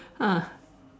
ah